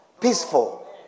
peaceful